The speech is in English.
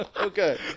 Okay